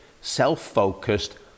self-focused